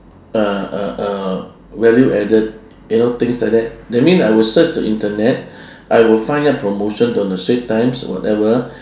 uh uh uh value added you know things like that that mean I will search the internet I will find out promotions on the straits times whatever